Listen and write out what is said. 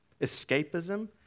escapism